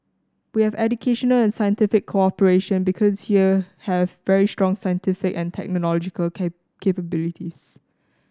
we have educational and scientific cooperation because you have very strong scientific and technological capabilities